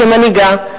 כמנהיגה,